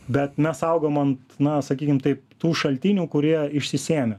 bet mes augom an na sakykim taip tų šaltinių kurie išsisėmė